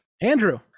Andrew